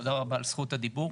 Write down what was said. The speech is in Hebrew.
תודה רבה על זכות הדיבור.